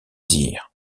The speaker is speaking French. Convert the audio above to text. dire